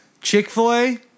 Chick-fil-A